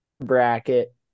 bracket